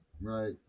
Right